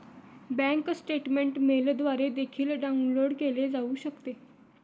bank statement मेलद्वारे देखील download केले जाऊ शकते